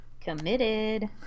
Committed